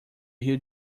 rio